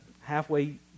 halfway